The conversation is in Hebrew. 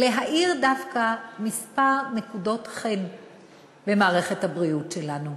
להאיר דווקא כמה נקודות חן במערכת הבריאות שלנו: